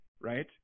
Right